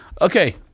Okay